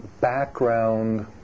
background